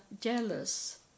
jealous